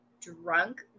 drunk